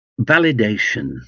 validation